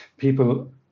People